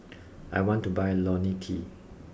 I want to buy Lonil T